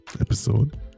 episode